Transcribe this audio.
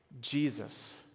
Jesus